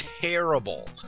terrible